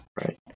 right